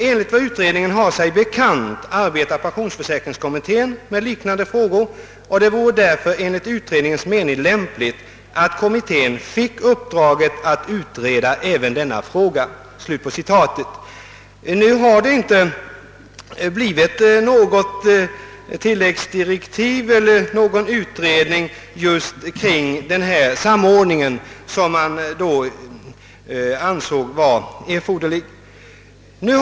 Enligt vad utredningen har sig bekant arbetar pensionsförsäkringskommittén med likartade frågor och det vore därför enligt utredningens mening lämpligt, att kommittén fick uppdraget att utreda även denna fråga.» Nu har det inte blivit någon utredning just kring denna samordning, som man då ansåg vara erforderlig.